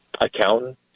accountant